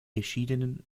geschiedenen